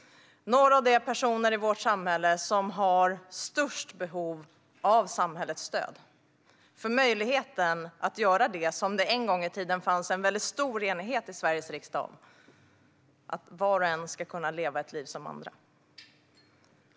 De personer i vårt samhälle som har störst behov av samhällets stöd ska var och en få möjligheten, som det en gång i tiden fanns en stor enighet i Sveriges riksdag om, att leva ett liv som andra.